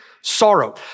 sorrow